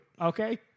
okay